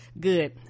Good